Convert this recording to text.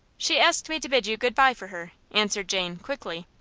she asked me to bid you good-by for her, answered jane, quickly.